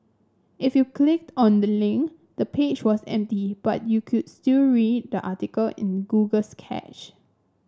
if you clicked on the link the page was empty but you could still read the article in Google's cache